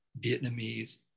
Vietnamese